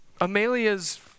Amelia's